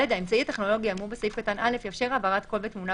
כלומר, אם הדיון נעשה ב VC אפשר אחר כך להחזיר